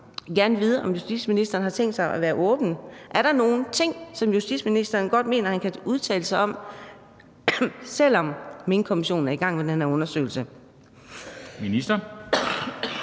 gerne vide, om justitsministeren har tænkt sig at være åben. Er der nogen ting, som justitsministeren godt mener han kan udtale sig om, selv om Minkkommissionen er i gang med den her undersøgelse? Kl.